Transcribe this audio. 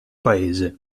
paese